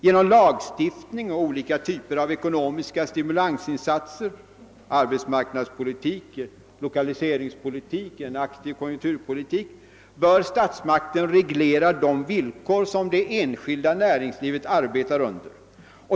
Genom lagstiftning och olika typer av ekonomiska stimulansinsatser — arbetsmarknadspolitik, lokaliseringspolitik, en aktiv konjunkturpolitik — bör statsmakterna reglera de villkor som det enskilda näringslivet arbetar under.